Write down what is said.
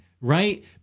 right